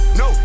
no